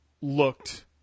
looked